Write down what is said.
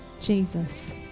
Jesus